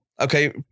okay